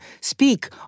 speak